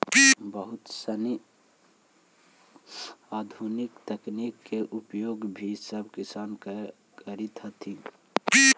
बहुत सनी आधुनिक तकनीक के उपयोग भी अब किसान करित हथिन